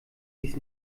dies